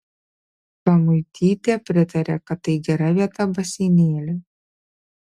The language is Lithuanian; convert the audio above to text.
samuitytė pritarė kad tai gera vieta baseinėliui